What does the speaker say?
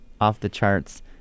off-the-charts